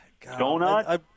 Donut